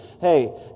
hey